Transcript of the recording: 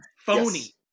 Phony